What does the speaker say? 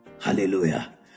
hallelujah